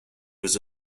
was